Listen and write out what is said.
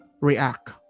react